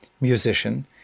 musician